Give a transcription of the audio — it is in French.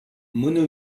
mono